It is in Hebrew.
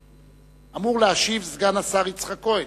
אמור להשיב סגן השר יצחק כהן.